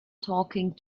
talking